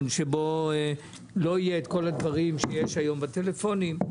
שבו יהיה את כל מה שיש היום בטלפונים,